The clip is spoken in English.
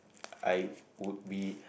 I would be